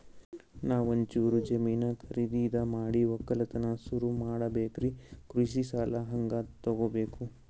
ನಾ ಒಂಚೂರು ಜಮೀನ ಖರೀದಿದ ಮಾಡಿ ಒಕ್ಕಲತನ ಸುರು ಮಾಡ ಬೇಕ್ರಿ, ಕೃಷಿ ಸಾಲ ಹಂಗ ತೊಗೊಬೇಕು?